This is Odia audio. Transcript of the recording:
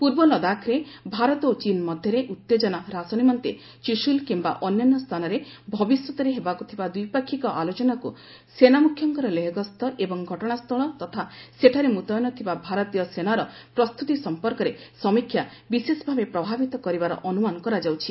ପୂର୍ବ ଲଦାଖରେ ଭାରତ ଓ ଚୀନ୍ ମଧ୍ୟରେ ଉତ୍ତେଜନା ହ୍ରାସ ନିମନ୍ତେ ଚୁସ୍କୁଲ କିମ୍ବା ଅନ୍ୟାନ୍ୟ ସ୍ଥାନରେ ଭବିଷ୍ୟତରେ ହେବାକୁ ଥିବା ଦ୍ୱିପାକ୍ଷିକ ଆଲୋଚନାକୁ ସେନାମୁଖ୍ୟଙ୍କର ଲେହ ଗସ୍ତ ଏବଂ ଘଟଣାସ୍ଥଳ ତଥା ସେଠାରେ ମୁତୟନ ଥିବା ଭାରତୀୟ ସେନାର ପ୍ରସ୍ତୁତି ସମ୍ପର୍କରେ ସମୀକ୍ଷା ବିଶେଷଭାବେ ପ୍ରଭାବିତ କରିବାର ଅନୁମାନ କରାଯାଉଛି